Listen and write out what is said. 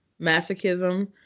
masochism